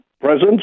presence